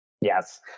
Yes